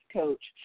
coach